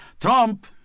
Trump